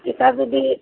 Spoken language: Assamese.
এতিয়া যদি